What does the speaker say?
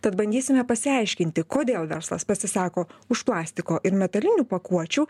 tad bandysime pasiaiškinti kodėl verslas pasisako už plastiko ir metalinių pakuočių